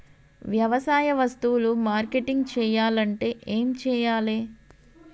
వ్యవసాయ వస్తువులు మార్కెటింగ్ చెయ్యాలంటే ఏం చెయ్యాలే?